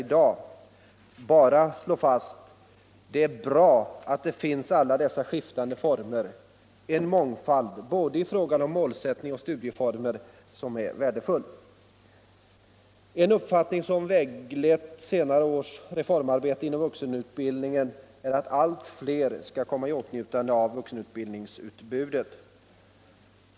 Jag vill bara slå fast att det är bra att alla dessa skiftande former finns — en mångfald i fråga om både målsättning och studieformer som är värdefull. En uppfattning som väglett senare års reformarbete inom vuxenutbildningen är att allt fler skall komma i åtnjutande av vuxenutbildningsutbudet.